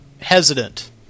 hesitant